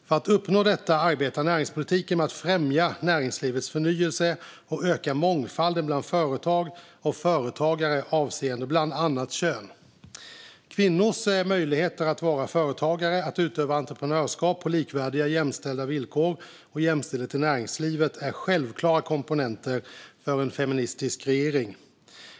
För att uppnå detta arbetar näringspolitiken med att främja näringslivets förnyelse och öka mångfalden bland företag och företagare avseende bland annat kön. Kvinnors möjligheter att vara företagare, möjligheten att utöva entreprenörskap på likvärdiga och jämställda villkor samt jämställdhet i näringslivet är självklara komponenter för en feministisk regering.